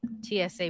TSA